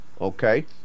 Okay